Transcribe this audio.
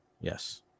Yes